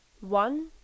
one